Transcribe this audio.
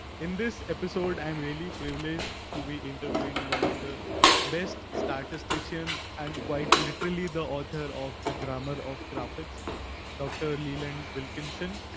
in this episode, i am really privileged to be interviewing one of the best statisticians and quite literally the author of the grammar of graphics dr. leland wilkinson,